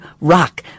rock